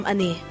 Ani